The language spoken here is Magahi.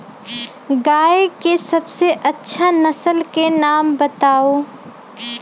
गाय के सबसे अच्छा नसल के नाम बताऊ?